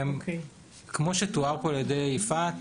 כמו שתואר פה על ידי יפעת,